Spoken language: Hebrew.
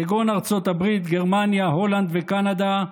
כגון ארצות הברית, גרמניה, הולנד וקנדה,